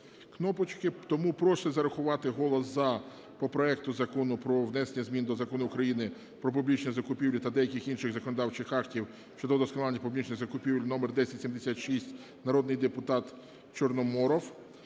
кнопочки, тому просять зарахувати голос "за" по проекту Закону про внесення змін до Закону України "Про публічні закупівлі" та деяких інших законодавчих актів щодо вдосконалення публічних закупівель (№1076) народний депутат Чорноморов.